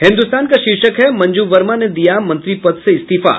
हिन्दुस्तान का शीर्षक है मंजू वर्मा ने दिया मंत्री पद से इस्तीफा